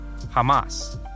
Hamas